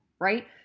right